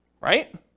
right